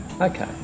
Okay